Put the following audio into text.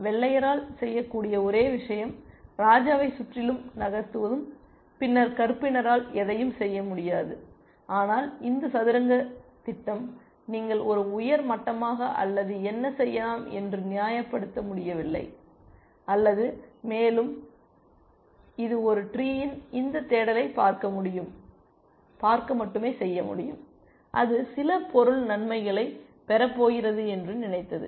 வெள்ளையரால் செய்யக்கூடிய ஒரே விஷயம் ராஜாவைச் சுற்றிலும் நகர்த்துவதும் பின்னர் கறுப்பினரால் எதையும் செய்ய முடியாது ஆனால் இந்த சதுரங்கத் திட்டம் நீங்கள் ஒரு உயர் மட்டமாக அல்லது என்ன சொல்லலாம் என்று நியாயப்படுத்த முடியவில்லை அல்லது மேலும் இது ஒரு ட்ரீயின் இந்த தேடலை பார்க்க மட்டுமே செய்ய முடியும் அது சில பொருள் நன்மைகளைப் பெற போகிறது என்று நினைத்தது